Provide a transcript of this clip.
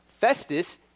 Festus